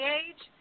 age